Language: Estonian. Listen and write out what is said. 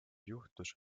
juhtus